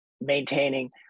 maintaining